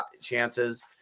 chances